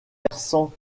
versants